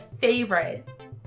favorite